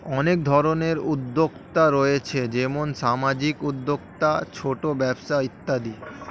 অনেক ধরনের উদ্যোক্তা রয়েছে যেমন সামাজিক উদ্যোক্তা, ছোট ব্যবসা ইত্যাদি